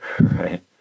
right